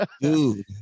Dude